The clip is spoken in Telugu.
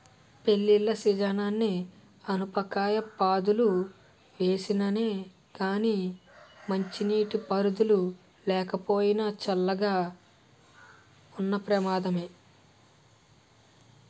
పెళ్ళిళ్ళ సీజనని ఆనపకాయ పాదులు వేసానే గానీ మంచినీటి పారుదల లేకపోయినా, చల్లగా ఉన్న ప్రమాదమే